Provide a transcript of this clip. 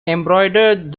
embroidered